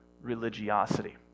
religiosity